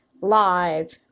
live